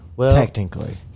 Technically